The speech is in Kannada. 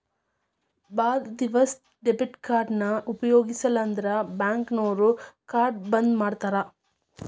ಭಾಳ್ ದಿವಸ ಡೆಬಿಟ್ ಕಾರ್ಡ್ನ ಉಪಯೋಗಿಸಿಲ್ಲಂದ್ರ ಬ್ಯಾಂಕ್ನೋರು ಕಾರ್ಡ್ನ ಬಂದ್ ಮಾಡ್ತಾರಾ